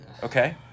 Okay